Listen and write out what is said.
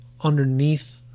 underneath